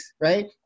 right